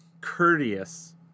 courteous